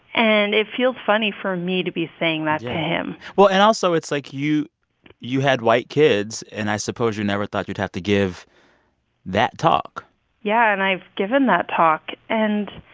and it feels funny for me to be saying that to him well, and also, it's like you you had white kids, and i suppose you never thought you'd have to give that talk yeah, and i've given that talk. and,